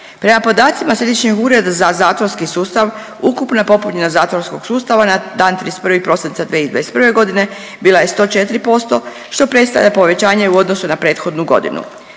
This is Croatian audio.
Prema podacima Središnjeg ureda za zatvorski sustav ukupno je popunjenost zatvorskog sustava na dan 31. prosinca 2021.g. bila je 104% što predstavlja povećanje u odnosu na prethodnu godinu,